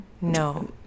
No